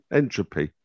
entropy